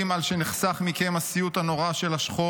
על שנחסך מכם הסיוט הנורא של השכול.